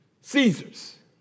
Caesar's